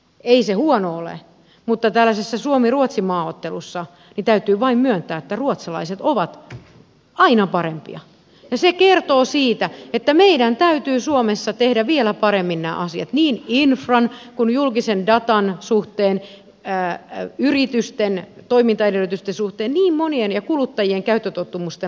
ei se huono ole mutta tällaisessa suomiruotsi maaottelussa täytyy vain myöntää että ruotsalaiset ovat aina parempia ja se kertoo siitä että meidän täytyy suomessa tehdä vielä paremmin nämä asiat niin infran kuin julkisen datan suhteen yritysten toimintaedellytysten suhteen ja kuluttajien käyttötottumusten laajentamisen suhteen